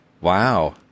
Wow